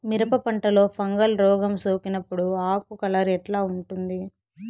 మిరప పంటలో ఫంగల్ రోగం సోకినప్పుడు ఆకు కలర్ ఎట్లా ఉంటుంది?